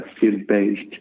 field-based